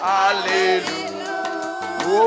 Hallelujah